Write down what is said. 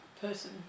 person